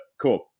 cool